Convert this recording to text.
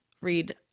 read